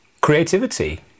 creativity